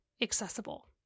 accessible